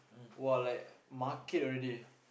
!wah! like market already